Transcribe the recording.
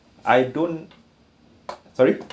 I don't sorry